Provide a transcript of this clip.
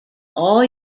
all